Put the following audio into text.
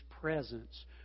presence